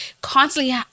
constantly